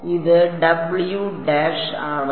ഇത് W dash ആണ്